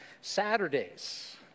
Saturdays